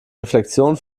reflexion